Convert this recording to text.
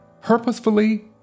purposefully